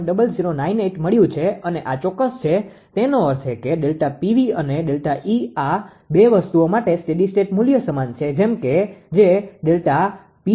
0098 મળ્યું છે અને આ ચોક્કસ છે તેનો અર્થ એ કે ΔPv and ΔE આ બે વસ્તુઓ માટે સ્ટેડી સ્ટેટ મુલ્યો સમાન છે કે જે ΔPg𝑆𝑆 0